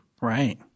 Right